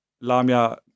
Lamia